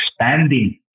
expanding